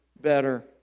better